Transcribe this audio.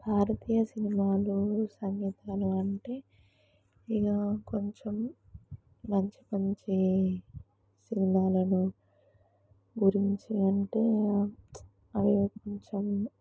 భారతీయ సినిమాలు సంగీతాలు అంటే ఇంకా కొంచెం మంచి మంచి సినిమాలను గురించి అంటే అవి కొంచెం